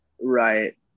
right